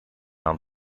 aan